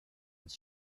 his